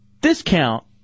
Discount